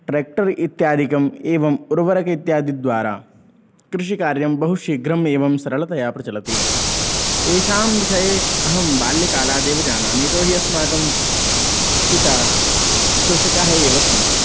tractor इत्यादिकम् एवम् उर्वरकम् इत्यादिद्वारा कृषिकार्यं बहुशीघ्रम् एवं सरलतया प्रचलति एषां विषये अहं बाल्यकालादेव जानामि यतोहि अस्माकं पिता कृषकाः एव सन्ति